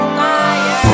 fire